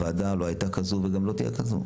הוועדה לא הייתה כזאת וגם לא תהיה כזאת,